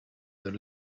the